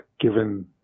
given